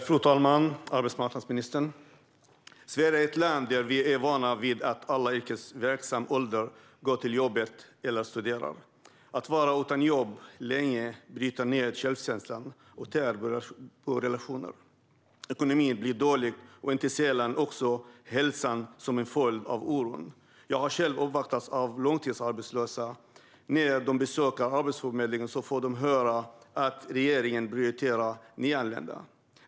Fru talman! Arbetsmarknadsministern! Sverige är ett land där vi är vana vid att alla i yrkesverksam ålder går till jobbet eller studerar. Att vara utan jobb länge bryter ned självkänslan och tär på relationer. Ekonomin blir dålig och inte sällan också hälsan som en följd av oron. Jag har själv uppvaktats av långtidsarbetslösa. När de besöker Arbetsförmedlingen får de höra att regeringen prioriterar nyanlända.